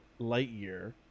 Lightyear